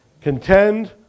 Contend